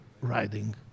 riding